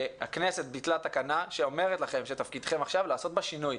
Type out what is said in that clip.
הכנסת ביטלה תקנה שאומרת לכם שתפקידכם עכשיו לעשות בה שינוי.